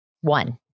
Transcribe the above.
One